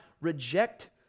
reject